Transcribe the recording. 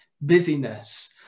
busyness